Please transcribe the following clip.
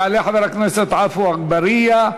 יעלה חבר הכנסת עפו אגבאריה,